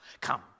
come